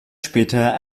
später